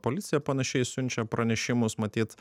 policija panašiai siunčia pranešimus matyt